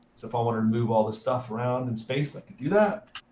so if i wanted to move all the stuff around in space, i can do that.